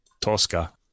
Tosca